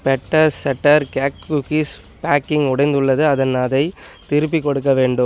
better செட்டர் cake cookies baking உடைந்துள்ளது அதன் அதை திருப்பிக் கொடுக்க வேண்டும்